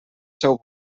seu